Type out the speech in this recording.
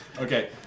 Okay